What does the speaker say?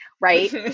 right